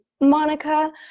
Monica